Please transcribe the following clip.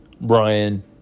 Brian